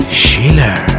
Schiller